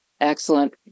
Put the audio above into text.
excellent